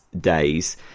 days